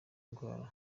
indwara